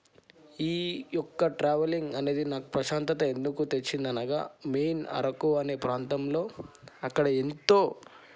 ఈ యొక్క ట్రావెలింగ్ అనేది నాకు ప్రశాంతత ఎందుకు తెచ్చింది అనగా మెయిన్ అరకు అనే ప్రాంతంలో అక్కడ ఎంతో